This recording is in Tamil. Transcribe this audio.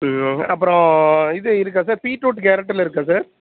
ம் அப்புறம் இது இருக்கா சார் பீட்ரூட் கேரட்டுலாம் இருக்கா சார்